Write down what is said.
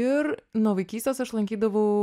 ir nuo vaikystės aš lankydavau